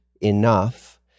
enough